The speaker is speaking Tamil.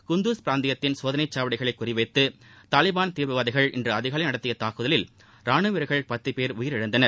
குந்துஸ் பிராந்தியத்தின் சோதனை சாவடிகளை குறிவைத்து தாலிபான் தீவிரவாதிகள் இன்று அதிகாலை நடத்திய தாக்குதலில் ராணுவ வீரர்கள் பத்து பேர் உயிரிழந்தனர்